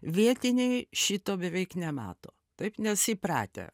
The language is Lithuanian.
vietiniai šito beveik nemato taip nes įpratę